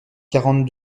quarante